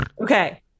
Okay